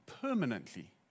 permanently